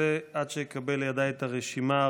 ועד שאקבל לידיי את הרשימה,